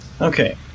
Okay